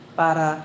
para